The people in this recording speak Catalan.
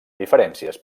diferències